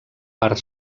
part